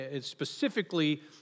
specifically